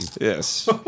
Yes